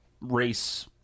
race